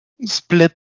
split